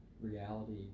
reality